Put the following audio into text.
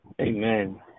Amen